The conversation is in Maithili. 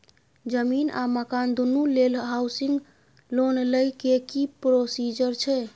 जमीन आ मकान दुनू लेल हॉउसिंग लोन लै के की प्रोसीजर छै?